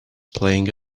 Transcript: playing